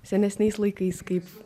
senesniais laikais kaip